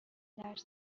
درس